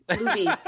movies